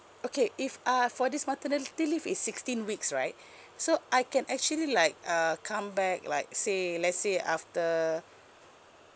okay if uh for this maternity leave is sixteen weeks right so I can actually like uh come back like say let's say after